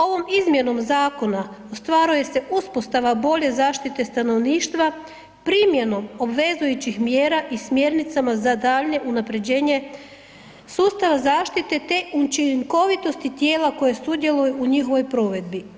Ovom izmjenom zakona ostvaruje se uspostava bolje zaštite stanovništva primjenom obvezujućih mjera i smjernicama za daljnje unapređenje sustava zaštite te učinkovitosti tijela koje sudjeluju u njihovoj provedbi.